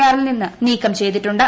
ആറിൽ നിന്നും നീക്കം ചെയ്തിട്ടുണ്ട്